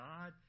God